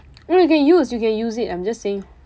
no you can use you can use it I'm just saying